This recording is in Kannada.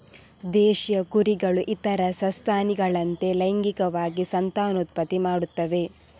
ದೇಶೀಯ ಕುರಿಗಳು ಇತರ ಸಸ್ತನಿಗಳಂತೆ ಲೈಂಗಿಕವಾಗಿ ಸಂತಾನೋತ್ಪತ್ತಿ ಮಾಡುತ್ತವೆ